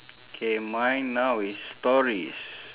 K mine now is stories